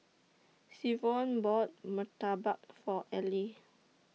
Savion bought Murtabak For Ally